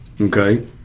okay